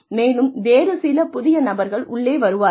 மேலும் வேறு சில புதிய நபர்கள் உள்ளே வருவார்கள்